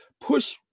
push